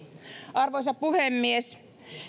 arvoisa puhemies